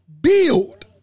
build